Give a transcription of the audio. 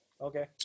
okay